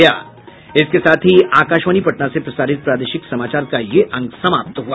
इसके साथ ही आकाशवाणी पटना से प्रसारित प्रादेशिक समाचार का ये अंक समाप्त हुआ